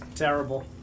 Terrible